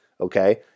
Okay